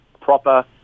proper